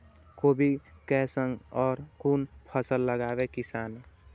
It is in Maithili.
कोबी कै संग और कुन फसल लगावे किसान?